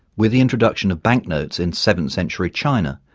with the introduction of banknotes in seventh-century china,